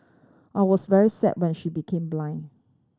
I was very sad when she became blind